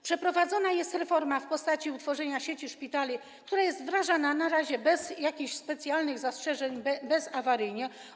Przeprowadzana jest reforma w postaci utworzenia sieci szpitali, która jest wdrażana na razie bez jakichś specjalnych zastrzeżeń, bezawaryjnie.